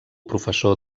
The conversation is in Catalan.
professor